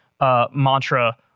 mantra